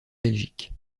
belgique